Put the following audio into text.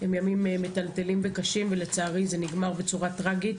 הם ימים מטלטלים וקשים ולצערי זה נגמר בצורה טרגית.